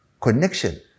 connection